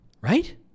right